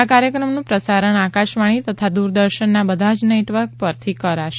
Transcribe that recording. આ કાર્યક્રમનું પ્રસારણ આકાશવાણી તથા દ્રરદર્શનના બધા જ નેટવર્ક પરથી કરાશે